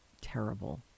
terrible